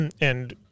and-